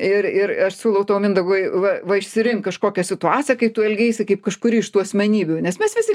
ir ir aš siūlau tau mindaugai va va išsirink kažkokią situaciją kai tu elgeisi kaip kažkuri iš tų asmenybių nes mes visi